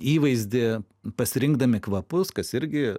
įvaizdį pasirinkdami kvapus kas irgi